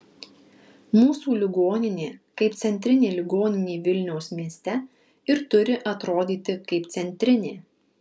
mūsų ligoninė kaip centrinė ligoninė vilniaus mieste ir turi atrodyti kaip centrinė